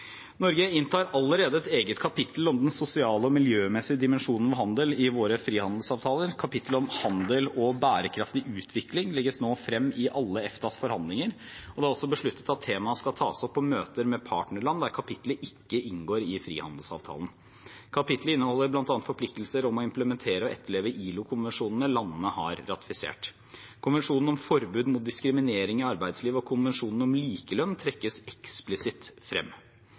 Norge inntar allerede et eget kapittel om den sosiale og miljømessige dimensjonen ved handel i våre frihandelsavtaler. Kapittelet om handel og bærekraftig utvikling legges nå frem i alle EFTAs forhandlinger, og det er også besluttet at temaet skal tas opp på møter med partnerland der kapittelet ikke inngår i frihandelsavtalen. Kapittelet inneholder bl.a. forpliktelser om å implementere og etterleve ILO-konvensjonene landene har ratifisert. Konvensjonen om forbud mot diskriminering i arbeidslivet og konvensjonen om likelønn trekkes eksplisitt frem.